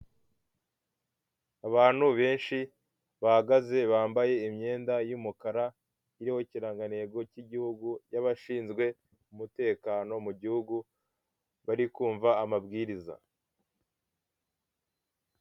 Abantu benshi bahagaze bambaye imyenda y'umukara, iriho ikirangantego cy'igihugu y'abashinzwe umutekano mu gihugu bari kumva amabwiriza.